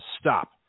stop